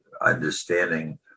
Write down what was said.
understanding